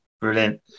Brilliant